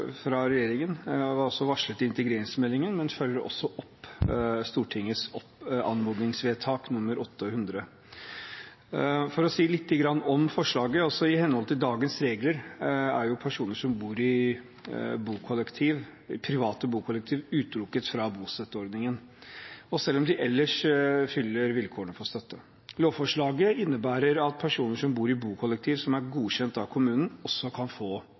fra regjeringen var varslet i integreringsmeldingen, men følger også opp Stortingets anmodningsvedtak nr. 800. For å si lite grann om forslaget: I henhold til dagens regler er personer som bor i private bokollektiv, utelukket fra bostøtteordningen, selv om de ellers fyller vilkårene for støtte. Lovforslaget innebærer at personer som bor i bokollektiv som er godkjent av kommunen, også kan få